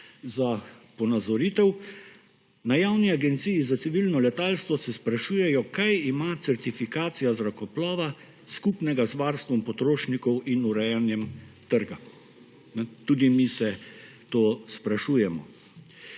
Za ponazoritev; na Javni agenciji za civilno letalstvo se sprašujejo, kaj ima certifikacija zrakoplova skupnega z varstvom potrošnikov in urejanjem trga. Tudi mi se to sprašujemo.